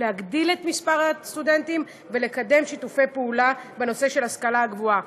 מספר הסטודנטים ולקדם שיתופי פעולה בנושא ההשכלה הגבוהה.